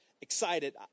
excited